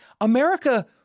America